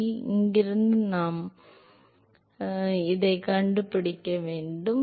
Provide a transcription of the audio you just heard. எனவே இங்கிருந்து நாம் உம் என்ன என்பதைக் கண்டுபிடிக்க முடியும்